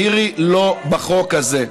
מירי, לא בחוק הזה.